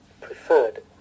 preferred